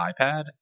iPad